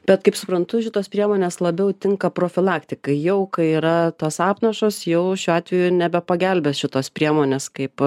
bet kaip suprantu šitos priemonės labiau tinka profilaktikai jau kai yra tos apnašos jau šiuo atveju nebepagelbės šitos priemonės kaip